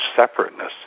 separateness